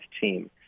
team